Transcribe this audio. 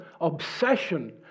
obsession